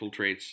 infiltrates